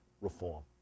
reform